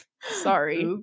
Sorry